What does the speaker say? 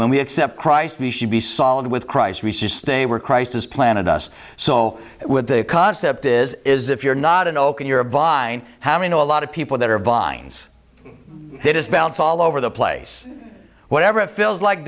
when we accept christ we should be solid with christ we should stay we're christ is planted us so with the concept is is if you're not an oak and you're a vine having a lot of people that are vines it is bounce all over the place whatever it feels like